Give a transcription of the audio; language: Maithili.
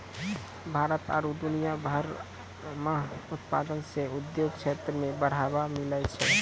भारत आरु दुनिया भर मह उत्पादन से उद्योग क्षेत्र मे बढ़ावा मिलै छै